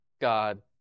God